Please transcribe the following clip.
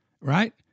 right